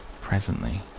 Presently